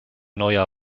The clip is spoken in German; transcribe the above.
neuer